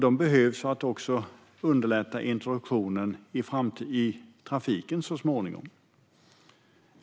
De behövs för att underlätta introduktionen i trafiken så småningom.